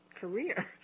career